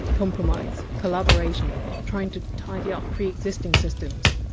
compromise, collaboration, trying to tidy up pre-existing systems.